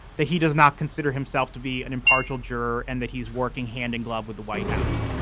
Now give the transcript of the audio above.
that he does not consider himself to be an impartial juror and that he is working hand in glove with the white house.